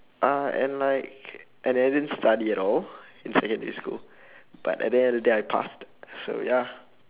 uh and like and I didn't study at all in secondary school but at the end of the day I passed so ya